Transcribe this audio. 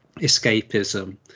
escapism